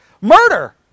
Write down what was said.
Murder